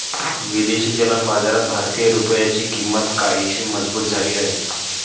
विदेशी चलन बाजारात भारतीय रुपयाची किंमत काहीशी मजबूत झाली आहे